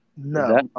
No